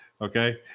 okay